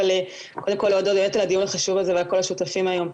אבל קודם כל להודות באמת על הדיון החשוב הזה ולכל השותפים היום.